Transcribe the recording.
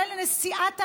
כולל נשיאת העליון,